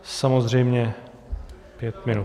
Samozřejmě pět minut.